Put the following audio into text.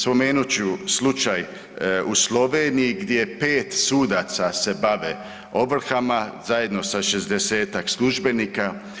Spomenut ću slučaj u Sloveniji gdje 5 sudaca se bave ovrhama zajedno sa 60-tak službenika.